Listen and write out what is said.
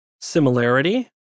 similarity